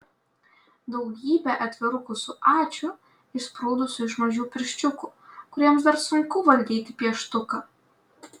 daugybė atvirukų su ačiū išsprūdusiu iš mažų pirščiukų kuriems dar sunku valdyti pieštuką